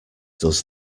does